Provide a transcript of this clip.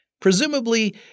Presumably